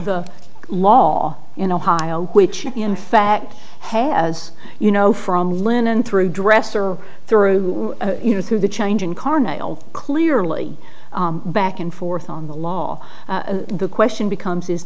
the law in ohio which in fact has you know from lennon through dresser through you know through the change incarnate clearly back and forth on the law the question becomes is